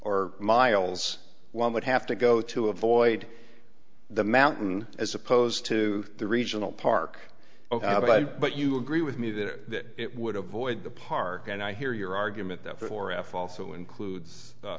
or miles one would have to go to avoid the mountain as opposed to the regional park but you agree with me that it would avoid the park and i hear your argument that for f also includes